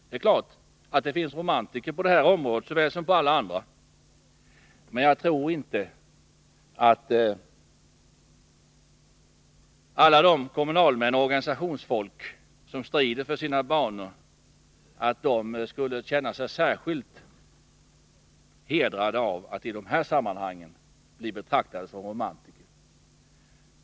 Det är klart att det finns romantiker på det här området lika väl som på alla andra områden. Men jag tror inte att alla de kommunalmän och allt det organisationsfolk som strider för sina banor skulle känna sig särskilt hedrade avattide här sammanhangen bli betraktade som romantiker.